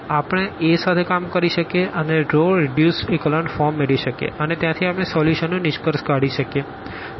તો આપણે A સાથે કામ કરી શકીએ અને રો રીડ્યુસ ઇકોલન ફોર્મ મેળવી શકીએ અને ત્યાંથી આપણે સોલ્યુશન નું નિષ્કર્ષ કાઢી શકીએ